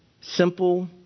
simple